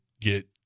get